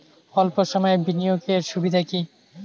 অল্প সময়ের বিনিয়োগ এর সুবিধা কি?